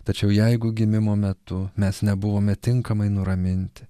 tačiau jeigu gimimo metu mes nebuvome tinkamai nuraminti